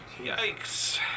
Yikes